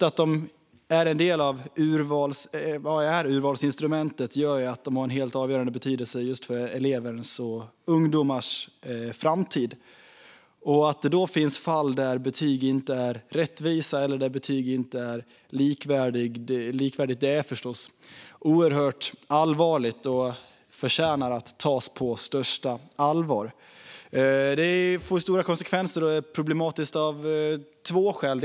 Att de är just ett urvalsinstrument gör att de har en avgörande betydelse för ungas framtid, och att det då finns fall där betyg inte är rättvisa eller likvärdiga är förstås illa och förtjänar att tas på största allvar. Detta får stora konsekvenser och är problematiskt av två skäl.